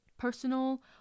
personal